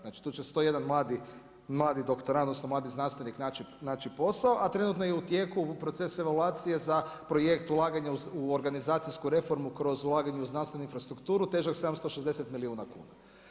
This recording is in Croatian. Znači tu će 101 mladi doktorand, odnosno, mladi znanstvenik naći posao, a trenutno je u tijeku u proces evolucije za projekt ulaganje u organizacijsku reformu, kroz ulaganje u znanstvenu infrastrukturu težak 760 milijuna kuna.